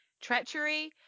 Treachery